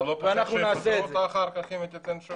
אתה לא חושב שיפטרו אותה אחר כך אם היא תיתן תשובה?